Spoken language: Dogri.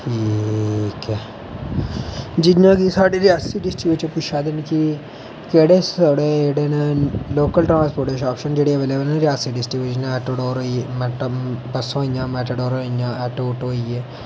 ठीक ऐ जियां कि साढ़ी रियासी डिस्ट्रिक्ट बिच्च पुच्छै दे मिकी कि केहड़े साढ़े जेहड़े ना लोकल ट्रांसपोर्ट दे आपॅशन जेहड़े अवेलेबल ना रियासी डिस्ट्रिक्ट बिच जियां मेटाडोर होई गेई बस्सां होई गेइयां आटो होई गे